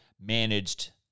managed